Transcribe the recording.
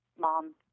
mom